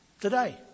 today